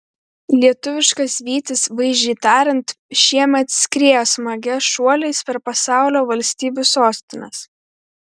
lietuviškas vytis vaizdžiai tariant šiemet skriejo smagia šuoliais per pasaulio valstybių sostines